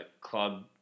club